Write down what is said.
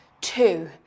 Two